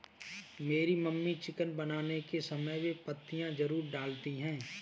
मेरी mummy chicken बनाने के समय बे पत्तियां जरूर डालती हैं